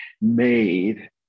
made